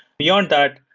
beyond that,